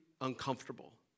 uncomfortable